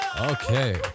Okay